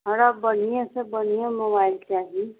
हमरा बढ़िआँ से बढ़िआँ मोबाइल चाही